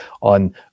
on